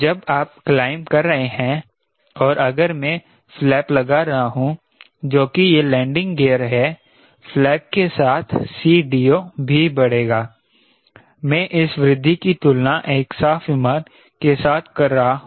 जब आप क्लाइंब कर रहे हैं और अगर मैं फ्लैप लगा रहा हूं जो कि यह लैंडिंग गियर है फ्लैप के साथ CDO भी बढ़ेगा मैं इस वृद्धि की तुलना एक साफ विमान के साथ कर रहा हूं